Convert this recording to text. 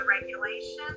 regulations